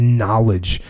knowledge